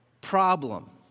problem